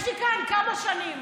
יש לי כאן כמה שנים